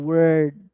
Word